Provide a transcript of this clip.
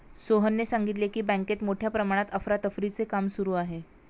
सोहनने सांगितले की, बँकेत मोठ्या प्रमाणात अफरातफरीचे काम सुरू आहे